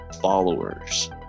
followers